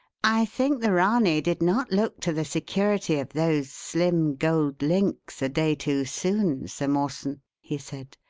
i think the ranee did not look to the security of those slim gold links a day too soon, sir mawson, he said.